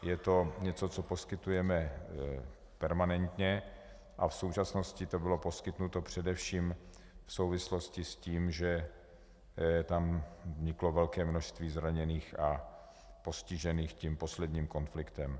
Je to něco, co poskytujeme permanentně, a v současnosti to bylo poskytnuto především v souvislosti s tím, že tam vzniklo velké množství zraněných a postižených tím posledním konfliktem.